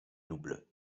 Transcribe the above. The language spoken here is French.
double